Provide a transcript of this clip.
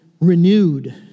renewed